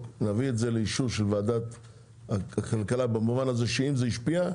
לאישור של ועדת הכלכלה במובן הזה שאם זה השפיע,